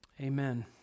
Amen